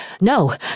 No